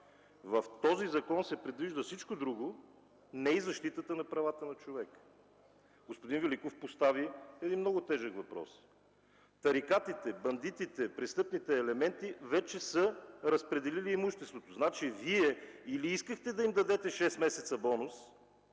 В този закон се предвижда всичко друго, не и защитата на правата на човека. Господин Великов постави един много тежък въпрос – тарикатите, бандитите, престъпните елементи вече са разпределили имуществото си. Значи Вие или искахте да им дадете шест месеца бонус,